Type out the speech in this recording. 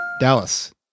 Dallas